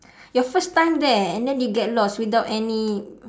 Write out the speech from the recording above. your first time there and then you get lost without any